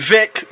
Vic